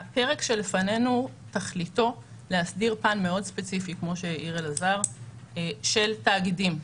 הפרק שלפנינו תכליתו להסדיר פן מאוד ספציפי כמו שהעיר אלעזר של תאגידים.